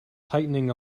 tightening